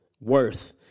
worth